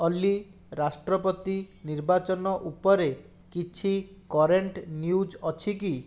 ଅଲି ରାଷ୍ଟ୍ରପତି ନିର୍ବାଚନ ଉପରେ କିଛି କରେଣ୍ଟ୍ ନ୍ୟୁଜ୍ ଅଛି କି